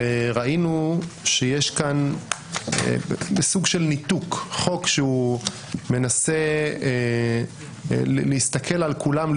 וראינו שיש כאן סוג של ניתוק חוק שמנסה להסתכל על כולם,